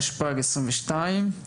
התשפ"ג-2022,